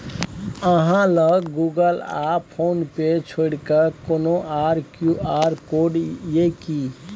अहाँ लग गुगल आ फोन पे छोड़िकए कोनो आर क्यू.आर कोड यै कि?